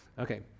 okay